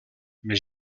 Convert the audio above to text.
mais